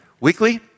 Weekly